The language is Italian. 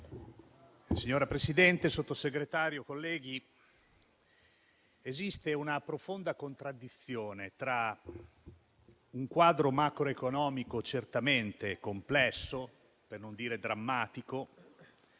Signora Presidente, Sottosegretario, colleghi, esiste una profonda contraddizione tra un quadro macroeconomico certamente complesso, per non dire drammatico,